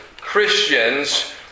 Christians